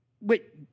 Wait